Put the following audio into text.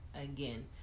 Again